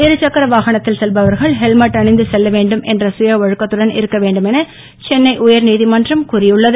இருசக்கர வாகனத்தில் செல்பவர்கள் ஹெல்மெட் அணிந்து செல்லவேண்டும் என்ற சுய ஒழுக்கத்துடன் இருக்க வேண்டுமென சென்னை உயர் நீதிமன்றம் கூறியுள்ளது